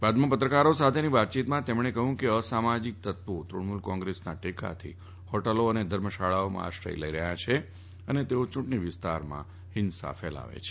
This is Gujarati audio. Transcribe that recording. બાદમાં પત્રકારો સાથેની વાતયીતમાં તેમણે કહયું કે અસમાજિક તત્વો તૃણમુલ કોંગ્રેસના ટેકાથી હોટલોમાં અને ધર્મશાળાઓમાં આશ્રય લઈ રહથાં છે અને તેઓ યુંટણી વિસ્તારોમાં હિંસા ફેલાવે છે